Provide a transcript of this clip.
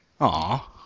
Aw